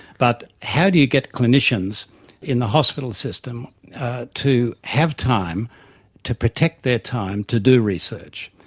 but how do you get clinicians in the hospital system to have time to protect their time to do research.